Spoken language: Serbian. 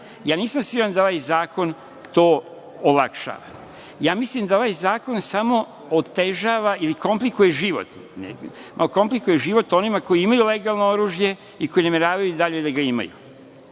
ja nisam siguran da ovaj zakon to olakšava. Mislim da ovaj zakon samo otežava ili komplikuje život. Komplikuje život onima koji imaju legalno oružje i koji nameravaju i dalje da ga imaju,